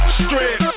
strip